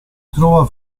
trova